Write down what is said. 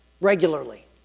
regularly